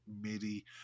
midi